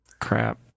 crap